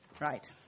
Right